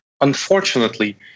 Unfortunately